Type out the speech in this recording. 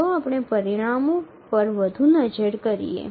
ચાલો આપણે પરિણામો પર વધુ નજર કરીએ